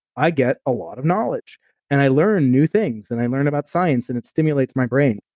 i get a lot of knowledge and i learn new things, and i learn about science and it stimulates my brain.